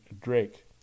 Drake